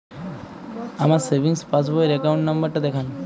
আমার savings passbook র account number টা দেখান?